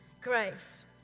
Grace